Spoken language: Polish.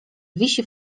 wisi